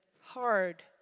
hard